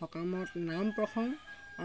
সকামত নাম প্ৰসংগ